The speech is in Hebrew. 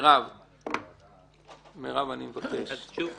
מרב אני בקש.